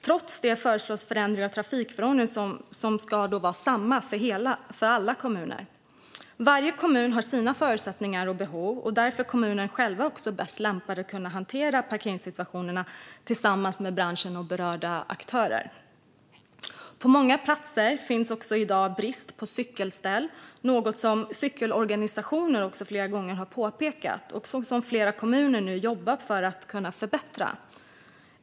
Trots det föreslås en förändring av trafikförordningen som ska vara samma för alla kommuner. Varje kommun har sina förutsättningar och behov, och därför är kommunerna själva bäst lämpade att hantera parkeringssituationen tillsammans med branschen och berörda aktörer. På många platser finns i dag en brist på cykelställ, vilket är något som cykelorganisationer flera gånger har påpekat och som flera kommuner nu jobbar för att kunna förbättra.